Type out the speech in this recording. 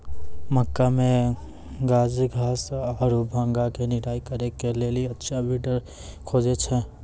मक्का मे गाजरघास आरु भांग के निराई करे के लेली अच्छा वीडर खोजे छैय?